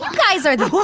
ah guys are the